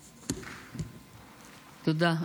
תודה.